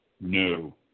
no